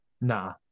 Nah